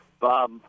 Bob